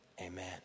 Amen